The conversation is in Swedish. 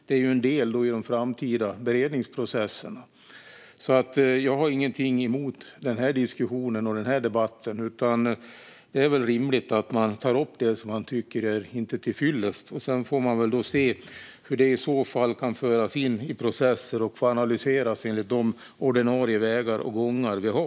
Det är ju en del i de framtida beredningsprocesserna. Jag har ingenting emot den här diskussionen och debatten. Det är väl rimligt att man tar upp det som man tycker inte är tillfyllest. Sedan får man se hur det i så fall kan föras in i processer och få analyseras enligt de ordinarie vägar och gångar vi har.